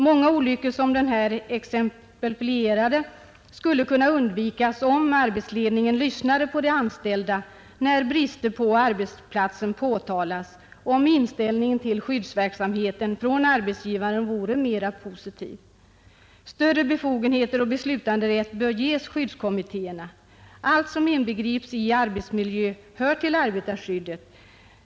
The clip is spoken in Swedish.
Många olyckor som den här exemplifierade skulle kunna undvikas om arbetsledningen lyssnade till de anställda när de påtalar brister på arbetsplatsen och om arbetsgivarens inställning till skyddsverksamheten vore mera positiv. Större befogenheter och beslutanderätt bör ges skyddskommittéerna. Allt som inbegrips i arbetsmiljö hör till arbetarskyddet.